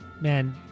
man